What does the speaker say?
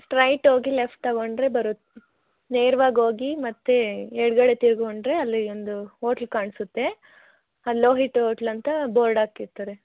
straight ಹೋಗಿ left ತೊಗೊಂಡ್ರೆ ಬರುತ್ತೆ ನೇರ್ವಾಗಿ ಹೋಗಿ ಮತ್ತೆ ಎಡಗಡೆ ತಿರ್ಗ್ಕೊಂಡ್ರೆ ಅಲ್ಲಿ ಒಂದು ಹೋಟ್ಲು ಕಾಣಿಸುತ್ತೆ ಅಲ್ಲಿ ಲೋಹಿತ್ ಓಟ್ಲ್ ಅಂತ ಬೋರ್ಡ್ ಹಾಕಿರ್ತರೆ